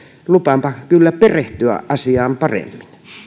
lupaanpa kyllä perehtyä asiaan paremmin